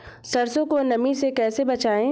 सरसो को नमी से कैसे बचाएं?